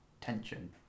tension